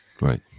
right